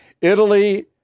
Italy